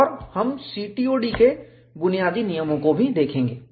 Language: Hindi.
और हम CTOD के बुनियादी नियमों को भी देखेंगे